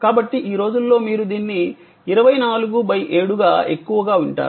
కాబట్టి ఈ రోజుల్లో మీరు దీన్ని 24X7 గా ఎక్కువగా వింటారు